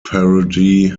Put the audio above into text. parody